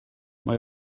mae